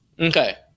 Okay